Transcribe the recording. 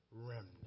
remnant